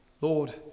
lord